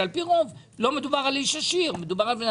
שעל פי רוב לא מדובר באיש עשיר; מדובר על בן